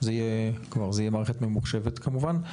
זו תהיה מערכת ממוחשבת כמובן.